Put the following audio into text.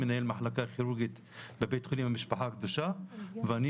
מנהל מחלקה כירורגית בבית החולים המשפחה הקדושה ואני